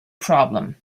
problem